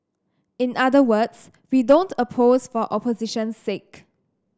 in other words we don't oppose for opposition's sake